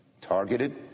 targeted